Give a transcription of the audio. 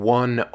one